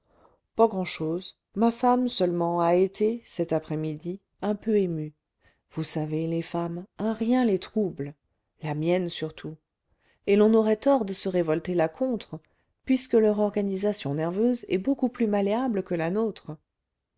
pas grand-chose ma femme seulement a été cette après-midi un peu émue vous savez les femmes un rien les trouble la mienne surtout et l'on aurait tort de se révolter là contre puisque leur organisation nerveuse est beaucoup plus malléable que la nôtre